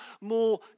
more